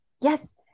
yes